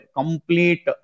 complete